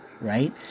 right